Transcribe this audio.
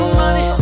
money